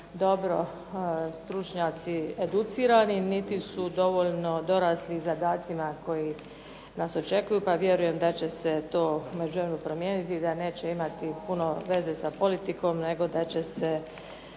dobro stručnjaci educirani, niti su dovoljno dorasli zadacima koji nas očekuju, pa vjerujem da će se to u međuvremenu promijeniti i da neće imati puno veze sa politikom, nego da će se